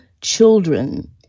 children